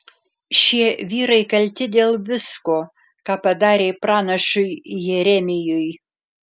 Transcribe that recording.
šie vyrai kalti dėl visko ką padarė pranašui jeremijui